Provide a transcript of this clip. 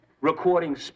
recording